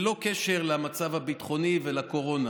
ללא קשר למצב הביטחוני ולקורונה.